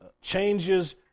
Changes